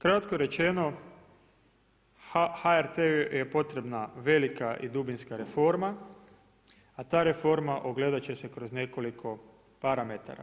Kratko rečeno HRT-u je potrebna velika i dubinska reforma, a ta reforma ogledat će se kroz nekoliko parametara.